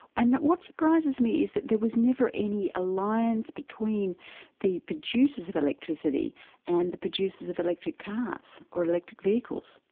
and what surprises me is that there was never any alliance between the producers of electricity and the producers of electric cars, or electric vehicles.